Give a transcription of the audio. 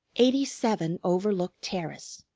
eighty seven overlook terrace!